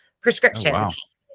prescriptions